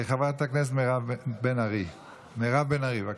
חברת הכנסת מירב בן ארי, בבקשה.